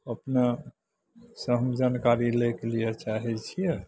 अपनेँसे हम जानकारी लैके लिए चाहै छिए